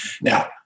Now